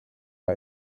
war